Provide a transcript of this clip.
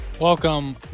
Welcome